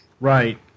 Right